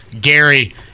Gary